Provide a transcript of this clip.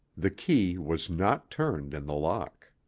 the key was not turned in the lock.